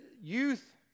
youth